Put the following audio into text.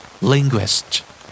Linguist